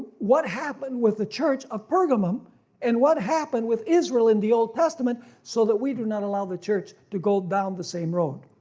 what happened with the church of pergamum and what happened with israel in the old testament, so that we do not allow the church to go down the same road.